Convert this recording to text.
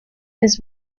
his